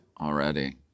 already